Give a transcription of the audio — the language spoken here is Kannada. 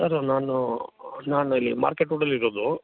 ಸರ್ ನಾನು ನಾನು ಇಲ್ಲಿ ಮಾರ್ಕೆಟ್ ರೋಡಲ್ಲಿ ಇರೋದು